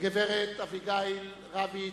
הגברת אביגיל רביץ,